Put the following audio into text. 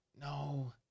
No